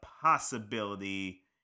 possibility